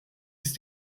ist